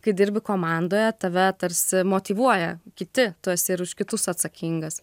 kai dirbi komandoje tave tarsi motyvuoja kiti tu esi ir už kitus atsakingas